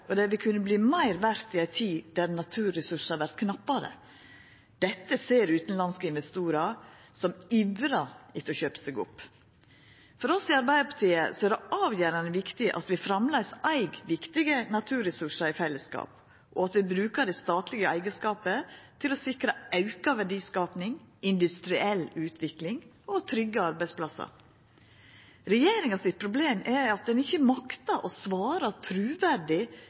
og dei vil kunna verta meir verde i ei tid der naturressursane vert knappare. Dette ser utanlandske investorar, som ivrar etter å kjøpa seg opp. For oss i Arbeidarpartiet er det avgjerande viktig at vi framleis eig viktige naturressursar i fellesskap, og at vi brukar det statlege eigarskapet til å sikra auka verdiskaping, industriell utvikling og trygge arbeidsplassar. Problemet til regjeringa er at ein ikkje maktar å svara truverdig